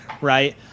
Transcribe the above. right